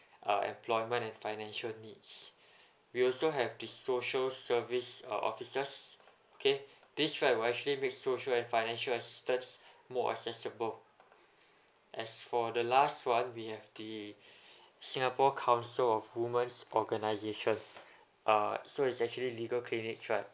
uh employment and financial needs we also have the social service uh offices okay this right will actually make social and financial assistance more accessible as for the last one we have the singapore council of women's organisations uh so it's actually legal clinics right